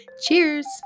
Cheers